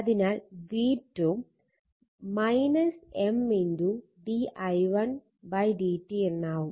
അതിനാൽ v2 M d i1 dt എന്നാവും